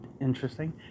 interesting